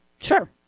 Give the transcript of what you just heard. Sure